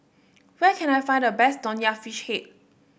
where can I find the best Nonya Fish Head